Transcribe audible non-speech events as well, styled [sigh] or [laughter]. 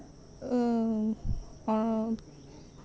ᱟᱹᱢ ᱚᱲᱚᱝ [unintelligible]